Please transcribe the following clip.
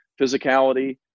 physicality